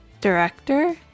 director